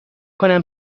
کنم